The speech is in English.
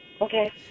Okay